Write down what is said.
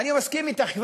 אני מסכים אתך,